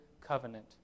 covenant